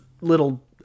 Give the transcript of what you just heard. little